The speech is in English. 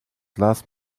glass